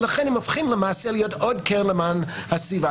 ולכן הם הופכים למעשה להיות עוד קרן למען הסביבה,